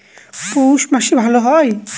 পৌষ মাসে ভালো হয়?